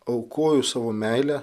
aukoju savo meilę